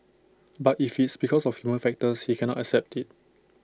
but if it's because of human factors he cannot accept IT